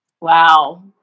Wow